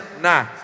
Nah